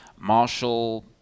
Marshall